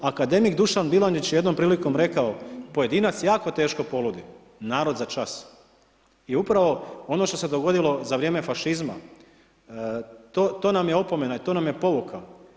Akademik Dušan Bilandić je jednom prilikom rekao, „Pojedinac jako teško poludi, narod na za čas“ i upravo ono što se dogodilo za vrijeme fašizma to nam je opomena i to nam je pouka.